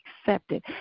accepted